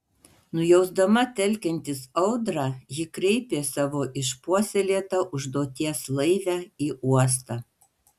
nujausdama telkiantis audrą ji kreipė savo išpuoselėtą užduoties laivę į uostą